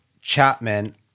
Chapman